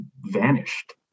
vanished